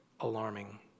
alarming